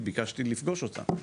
ביקשתי לפגוש אותה,